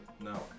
No